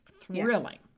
thrilling